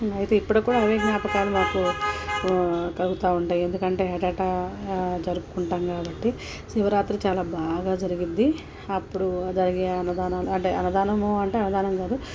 అయితే ఇప్పటికీ కూడా అవే జ్ఞాపకాలు మాకు కలుగుతా ఉంటాయి ఎందుకంటే ఏటేటా జరుపుకుంటాం కాబట్టి శివరాత్రి చాలా బాగా జరిగిద్ది అప్పుడు జరిగే అన్నదానాలు అంటే అన్నదానము అంటే అన్నదానం కాదు